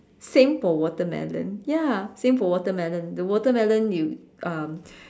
same for watermelon ya same for watermelon the watermelon you um